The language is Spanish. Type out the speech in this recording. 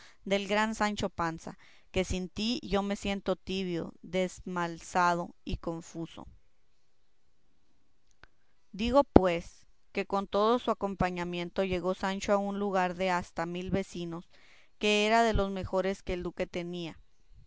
del gran sancho panza que sin ti yo me siento tibio desmazalado y confuso digo pues que con todo su acompañamiento llegó sancho a un lugar de hasta mil vecinos que era de los mejores que el duque tenía